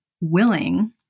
willing